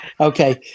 Okay